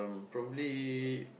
probably